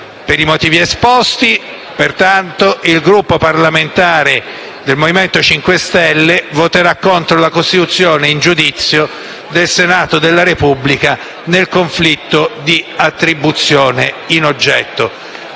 Per i motivi esposti, pertanto, il Gruppo parlamentare del Movimento 5 Stelle voterà contro la costituzione in giudizio del Senato della Repubblica nel conflitto di attribuzione in oggetto.